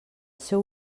seu